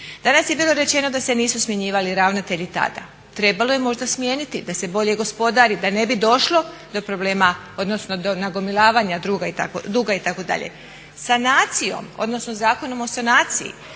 Danas je bilo rečeno da se nisu smjenjivali ravnatelji tada, trebalo je možda smijeniti da se bolje gospodari, da ne bi došlo do problema, odnosno do nagomilavanja duga itd. Sanacijom odnosno Zakonom o sanaciji